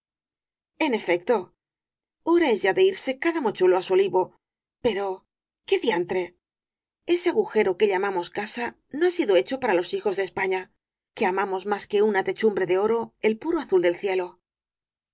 en efecto hora es ya de irse cada mochuelo á su olivo pero qué diantre ese agujero que llamamos casa no ha sido hecho para los hijos de españa que amamos más que una techumbre de oro el puro azul del cielo